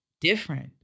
different